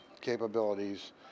capabilities